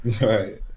right